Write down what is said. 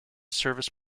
service